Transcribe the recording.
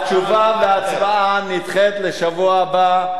התשובה וההצבעה נדחות לשבוע הבא,